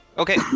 okay